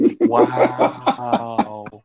Wow